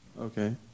Okay